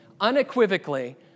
unequivocally